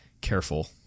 careful